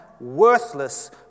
worthless